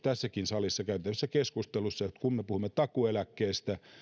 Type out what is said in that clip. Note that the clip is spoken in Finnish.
tässäkin salissa käytävissä keskusteluissa että kun me puhumme takuueläkkeestä